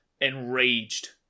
enraged